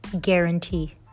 guarantee